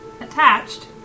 Attached